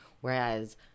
Whereas